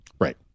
Right